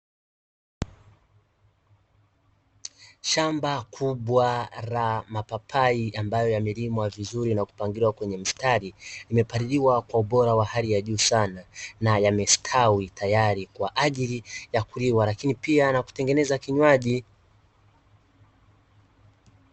Shamba kubwa la mapapai ambayo, yamelimwa vizuri na kupangiliwa kwa mistari yamepaliliwa katika ubora wa hali ya juu sana, na yamestawi tayari kwajili ya kununuliwa lakin pia kwajili ya kutengeneza kinywaji.